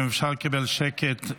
אם אפשר לקבל שקט,